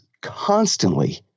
constantly